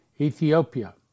Ethiopia